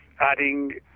adding